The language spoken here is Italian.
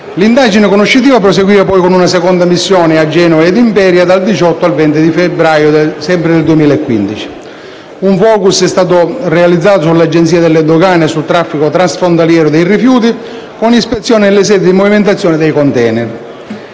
L'indagine conoscitiva proseguiva con una seconda missione a Genova e ad Imperia dal 18 al 20 febbraio 2015. Un *focus* è stato realizzato sull'Agenzia delle dogane e sul traffico transfrontaliero dei rifiuti, con ispezione nelle sedi di movimentazione dei *container*.